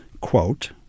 quote